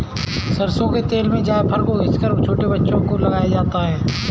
सरसों के तेल में जायफल को घिस कर छोटे बच्चों को लगाया जाता है